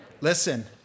Listen